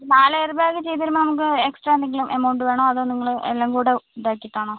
നാല് air bag ചെയ്തുതരുമ്പോൾ നമുക്ക് എക്സ്ട്രാ എന്തെങ്കിലും എമൗണ്ട് വേണോ അതോ നിങ്ങൾ എല്ലാം കൂടെ ഇതാക്കിയിട്ടാണോ